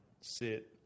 sit